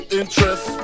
interest